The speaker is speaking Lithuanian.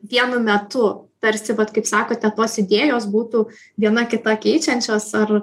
vienu metu tarsi vat kaip sakote tos idėjos būtų viena kitą keičiančios ar